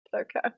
Okay